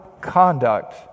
conduct